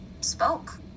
spoke